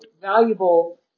valuable